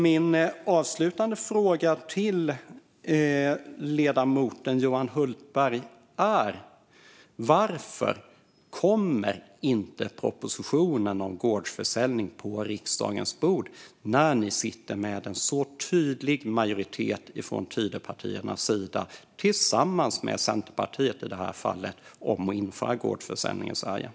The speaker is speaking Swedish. Min avslutande fråga till ledamoten Johan Hultberg är: Varför kommer inte propositionen om gårdsförsäljning på riksdagens bord när Tidöpartierna har en så tydlig majoritet - tillsammans med Centerpartiet i det här fallet - för att införa gårdsförsäljning i Sverige?